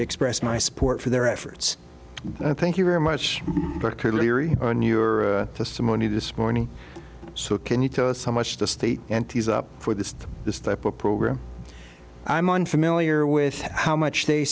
express my support for their efforts thank you very much dr leary on your testimony this morning so can you tell us how much the state is up for this this type of program i'm unfamiliar with how much they